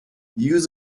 use